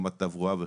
רמת תברואה וכו',